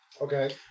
Okay